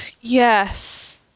Yes